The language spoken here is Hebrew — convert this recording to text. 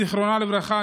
זיכרונה לברכה,